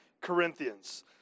Corinthians